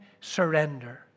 surrender